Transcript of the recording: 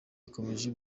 ikomeje